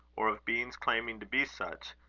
or of beings claiming to be such,